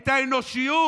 את האנושיות.